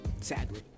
Sadly